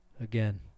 again